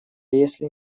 если